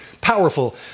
Powerful